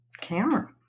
camera